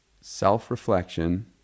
self-reflection